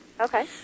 Okay